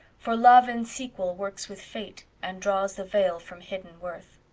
for love in sequel works with fate, and draws the veil from hidden worth.